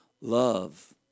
Love